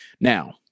Now